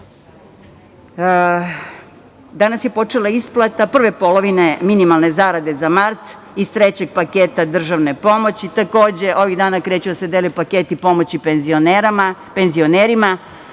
danas počela isplata prve polovine minimalne zarade za mart iz trećeg paketa državne pomoći. Takođe, ovih dana kreću da se dele paketi pomoći penzionerima,